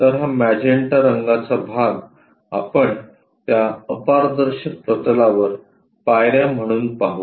तर हा मॅजेन्टा रंगाचा भाग आपण त्या अपारदर्शक प्रतलावर पायऱ्या म्हणून पाहु